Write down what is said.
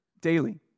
daily